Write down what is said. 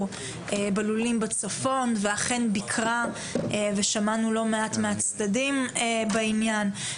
בלולים בצפון ושמענו לא מעט מהצדדים בעניין.